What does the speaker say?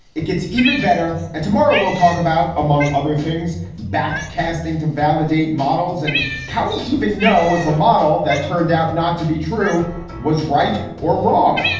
it gets even better and tomorrow we'll talk about, among other things, back casting to validate models and how we even know if a model that turned out not to be true was right or wrong.